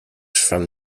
from